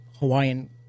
Hawaiian